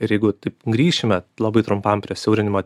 ir jeigu taip grįšime labai trumpam prie siaurinimo